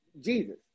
Jesus